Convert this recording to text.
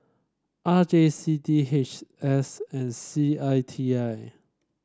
R J C D H S and C I T I